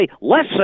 less